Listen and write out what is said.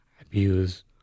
abuse